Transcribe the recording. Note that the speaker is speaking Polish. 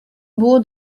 było